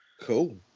cool